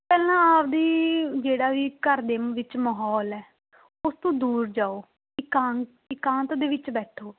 ਪਹਿਲਾਂ ਆਪਣੀ ਜਿਹੜਾ ਵੀ ਘਰ ਦੇ ਵਿੱਚ ਮਾਹੌਲ ਹੈ ਉਸ ਤੋਂ ਦੂਰ ਜਾਓ ਇਕਾਂਤ ਇਕਾਂਤ ਦੇ ਵਿੱਚ ਬੈਠੋ